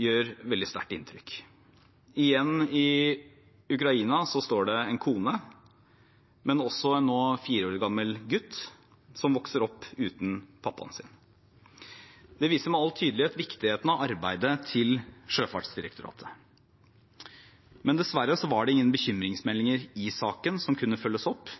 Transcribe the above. gjør veldig sterkt inntrykk. Igjen i Ukraina står det en kone, men også en nå fire år gammel gutt som vokser opp uten pappaen sin. Det viser med all tydelighet viktigheten av arbeidet til Sjøfartsdirektoratet. Dessverre var det ingen bekymringsmeldinger i saken som kunne følges opp,